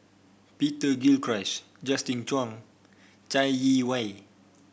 Peter Gilchrist Justin Zhuang Chai Yee Wei